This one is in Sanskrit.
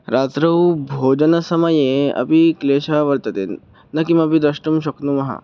रात्रौ भोजनसमये अपि क्लेशः वर्तते न किमपि द्रष्टुं शक्नुमः